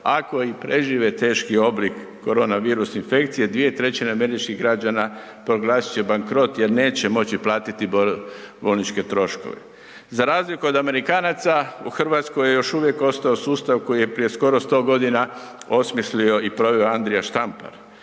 ako i prežive teški oblik koronavirus infekcije, 2/3 američkih građana proglasit će bankrot jer neće moći platiti bolničke troškove. Za razliku od Amerikanaca, u RH je još uvijek ostao sustav koji je prije skoro 100.g. osmislio i proveo Andrija Štampar.